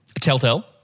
Telltale